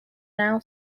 now